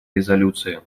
резолюции